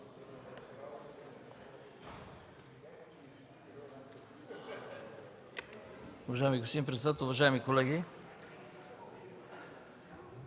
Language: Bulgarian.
Уважаеми господин председател, уважаеми колеги!